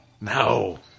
No